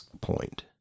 point